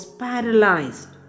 paralyzed